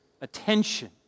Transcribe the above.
attention